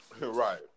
Right